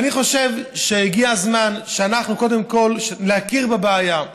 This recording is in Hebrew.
ואני חושב שהגיע הזמן קודם כול להכיר בבעיה.